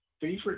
favorite